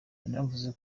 yanavuze